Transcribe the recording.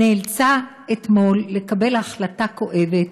נאלצה אתמול לקבל החלטה כואבת